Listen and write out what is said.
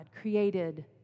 created